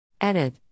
Edit